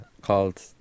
called